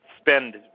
spend